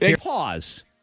Pause